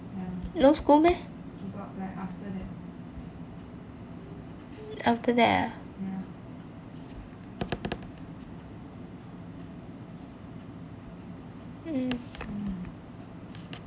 no school meh after that ah hmm